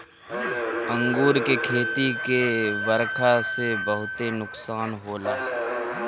अंगूर के खेती के बरखा से बहुते नुकसान होला